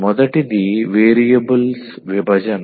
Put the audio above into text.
మొదటిది వేరియబుల్స్ విభజన